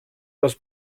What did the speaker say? das